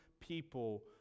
people